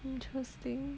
interesting